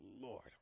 Lord